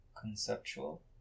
conceptual